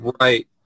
Right